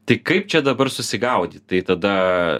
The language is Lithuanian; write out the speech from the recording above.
tai kaip čia dabar susigaudyt tai tada